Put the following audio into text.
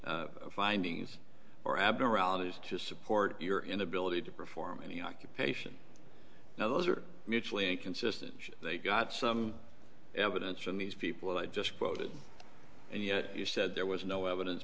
the findings or abdurrahman is to support your inability to perform any occupation now those are mutually inconsistent they got some evidence from these people i just quoted and yet you said there was no evidence